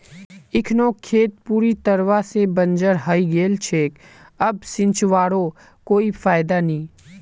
इखनोक खेत पूरी तरवा से बंजर हइ गेल छेक अब सींचवारो कोई फायदा नी